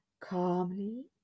calmly